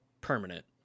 permanent